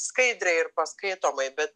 skaidriai ir paskaitomai bet